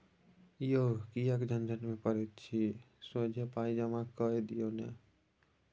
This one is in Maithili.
यौ किएक झंझट मे पड़ैत छी सोझे पाय जमा कए दियौ न